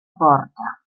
porta